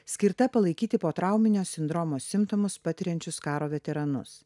skirta palaikyti potrauminio sindromo simptomus patiriančius karo veteranus